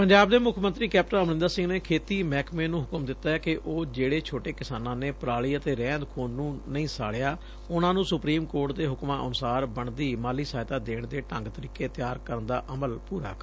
ਪੰਜਾਬ ਦੇ ਮੁੱਖ ਮੰਤਰੀ ਕੈਪਟਨ ਅਮਰੰਦਰ ਸਿੰਘ ਨੇ ਖੇਤੀ ਮਹਿਕਮੇ ਨੂੰ ਹੁਕਮ ਦਿੱਤੈ ਕਿ ਉਹ ਜਿਹੜੇ ਛੋਟੇ ਕਿਸਾਨਾਂ ਨੇ ਪਰਾਲੀ ਅਤੇ ਰਹਿਂਦ ਬੂੰਦ ਨੂੰ ਨਹੀਂ ਸਾੜਿਆ ਉਨੂਾਂ ਨੂੰ ਸੁਪਰੀਮ ਕੋਰਟ ਦੇ ਹੁਕਮਾਂ ਅਨੁਸਾਰ ਬਣਦੀ ਮਾਲੀ ਸਹਾਇਤਾ ਦੇਣ ਦੇ ਢੰਗ ਤਰੀਕੇ ਤਿਆਰ ਕਰਨ ਦਾ ਅਮਲ ਪੂਰਾ ਕਰਨ